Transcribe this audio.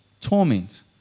torment